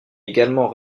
également